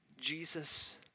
Jesus